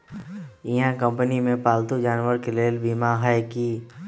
इहा कंपनी में पालतू जानवर के लेल बीमा हए कि?